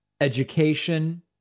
education